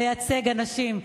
לייצג אנשים,